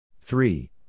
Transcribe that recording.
Three